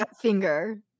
Finger